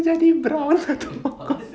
dia jadi brown